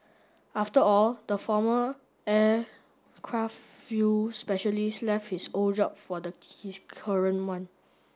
after all the former aircraft fuel specialist left his old job for the his current one